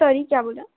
sorry क्या बोल